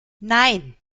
nein